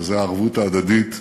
הערבות ההדדית.